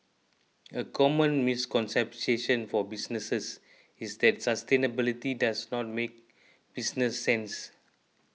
a common misconception for businesses is that sustainability does not make business sense